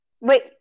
Wait